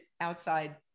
outside